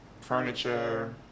furniture